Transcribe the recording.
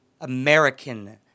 American